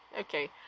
Okay